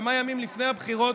כמה ימים לפני הבחירות,